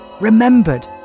Remembered